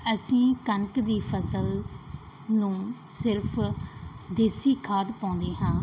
ਅਸੀਂ ਕਣਕ ਦੀ ਫਸਲ ਨੂੰ ਸਿਰਫ ਦੇਸੀ ਖਾਦ ਪਾਉਂਦੇ ਹਨ